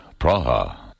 Praha